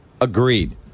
Agreed